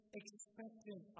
expectant